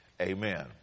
Amen